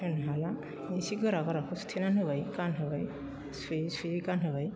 होनो हाला एसे गोरा गोराखौ सुथेनानै होबाय गानहोबाय सुयै सुयै गानहोबाय